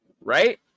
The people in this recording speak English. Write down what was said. Right